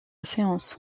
séance